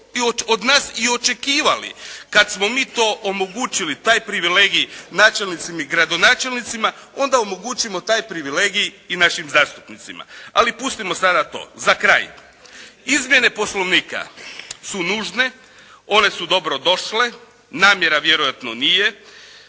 i očekivali kad smo mi to omogućili taj privilegij načelnicima i gradonačelnicima onda omogućimo taj privilegij i našim zastupnicima. Ali pustimo sada to. Za kraj. Izmjene Poslovnika su nužne, one su dobro došle. Namjera vjerojatno nije.